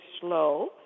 slow